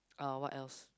uh what else